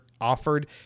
offered